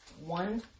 one